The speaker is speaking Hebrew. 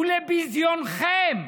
ולביזיונכם,